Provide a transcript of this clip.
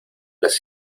las